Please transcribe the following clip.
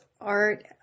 art